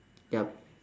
yup